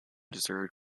deserted